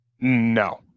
No